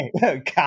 God